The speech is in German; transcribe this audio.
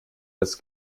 das